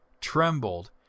trembled